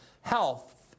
health